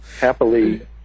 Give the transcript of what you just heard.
happily